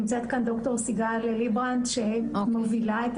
נמצאת כאן ד"ר סיגל ליברנט שמובילה את